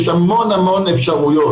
יש המון אפשרויות.